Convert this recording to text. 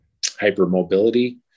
hypermobility